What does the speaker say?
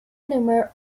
number